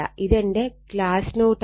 ഇതെന്റെ class note ആണ്